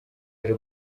yaje